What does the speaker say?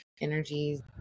energies